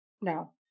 No